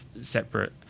separate